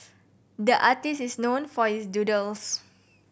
the artist is known for his doodles